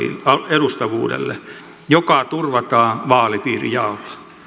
edustavuudelle joka turvataan vaalipiirijaolla